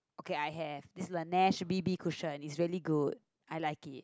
okay I have this one Nars B_B cushion it's really good I like it